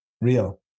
Real